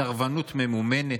סרבנות ממומנת.